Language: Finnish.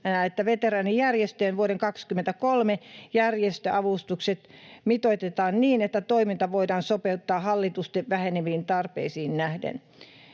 että veteraanijärjestöjen vuoden 23 järjestöavustukset mitoitetaan niin, että toiminta voidaan sopeuttaa hallitusti väheneviin tarpeisiin nähden.